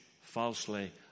falsely